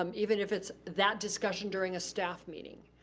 um even if it's that discussion during a staff meeting.